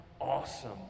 awesome